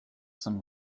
some